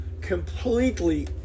completely